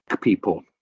people